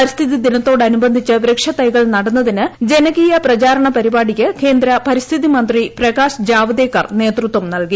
പരിസ്ഥിതി ദിനത്തോടനുബ്ന്ധിച്ച് വൃക്ഷത്തൈകൾ നടുന്നതിന് ജനകീയ പ്രചാരണ പരിപാടിക്ക് കേന്ദ്ര പരിസ്ഥിതി മന്ത്രി പ്രകാശ് ജാവ്ദേക്കർ നേതൃത്വം നൽകി